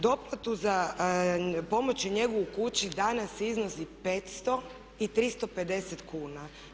Doplatu za pomoć i njegu u kući danas iznosi 500 i 350 kuna.